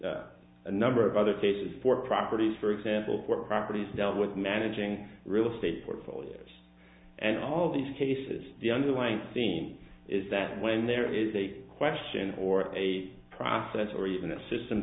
source a number of other cases for properties for example court properties dealt with managing real estate portfolios and all these cases the underlying theme is that when there is a question or a process or even a system